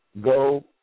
Go